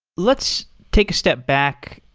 let's take a step back,